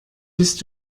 bist